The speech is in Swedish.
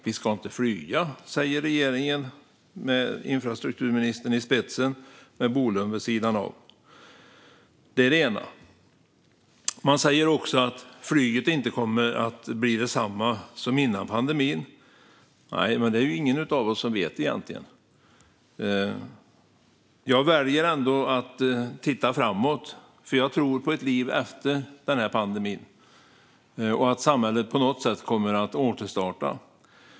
Vi ska inte flyga, säger regeringen med infrastrukturministern i spetsen och Bolund vid sidan av. Det är det ena. Det andra är att man säger att flyget inte kommer att bli detsamma som före pandemin. Men det är det egentligen ingen av oss som vet. Jag väljer ändå att se framåt, för jag tror på ett liv efter pandemin och att samhället på något sätt kommer att återstarta.